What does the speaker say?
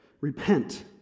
Repent